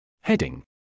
Heading